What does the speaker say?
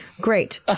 Great